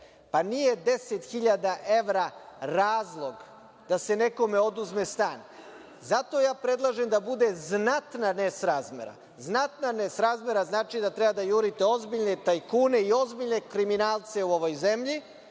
Nije 10.000 evra razlog da se nekome oduzme stan. Zato ja predlažem da bude znatna nesrazmera. Znatna nesrazmera znači da treba da jurite ozbiljne tajkune i ozbiljne kriminalce u ovoj zemlji,